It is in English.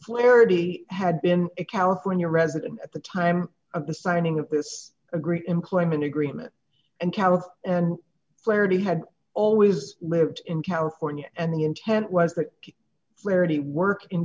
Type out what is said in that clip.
flirty had been a california resident at the time of the signing of this a great employment agreement and calyx and clarity had always lived in california and the intent was that rarity work in